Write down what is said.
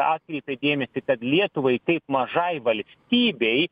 atkreipė dėmesį kad lietuvai kaip mažai valstybei